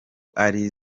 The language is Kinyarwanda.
ari